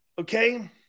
Okay